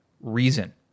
reason